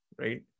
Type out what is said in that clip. right